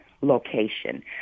location